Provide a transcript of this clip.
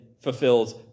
fulfills